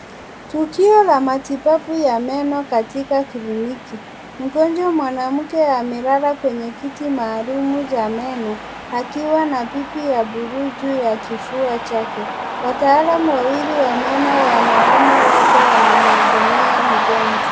Tukio la matibabu ya meno katika kliniki mgonjwa mwanamke amelala kwenye kiti maalum cha meno akiwa na bibi ya buruju ya kifua chake wataalamu wawili wa meno wanaume wote wanamuhudumia mgonjwa.